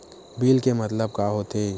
Bill के मतलब का होथे?